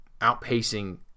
outpacing